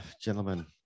gentlemen